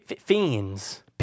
fiends